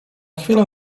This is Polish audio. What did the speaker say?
chwilę